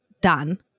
done